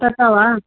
तथा वा